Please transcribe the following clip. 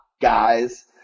guys